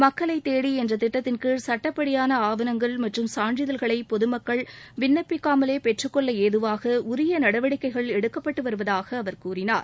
மக்களை தேடி என்ற திட்டத்தின்கீழ் சட்டப்படியான ஆவணங்கள் மற்றும் சான்றிதழ்களை பொதமக்கள் விண்ணப்பிக்காமலே பெற்றுக்கொள்ள ஏதுவாக உரிய நடவடிக்கைகள் எடுக்கப்பட்டு வருவதாக அவர் கூறினார்